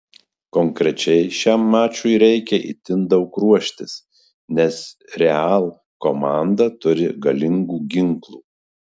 konkrečiai šiam mačui reikia itin daug ruoštis nes real komanda turi galingų ginklų